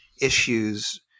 issues